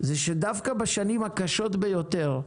הוא שדווקא בשנים הקשות ביותר,